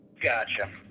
gotcha